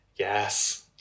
Yes